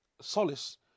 solace